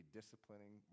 disciplining